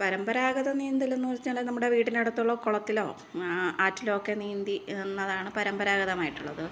പരമ്പരാഗത നീന്തല് എന്നു വെച്ചാല് നമ്മുടെ വീടിനടുത്തുള്ള കുളത്തിൽ ആറ്റിൽ ഒക്കെ നീന്തി വന്നതാണ് പരമ്പരാഗതമായിട്ടുള്ളത്